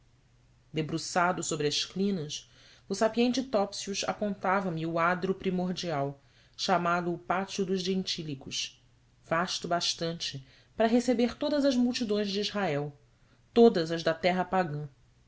debruçado sobre as crinas o sapiente topsius apontava me o adro primordial chamado o pátio dos gentílicos vasto bastante para receber todas as multidões de israel todas as da terra pagã